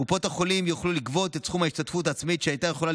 קופות החולים יוכלו לגבות על כך את סכום ההשתתפות העצמית שהיו יכולות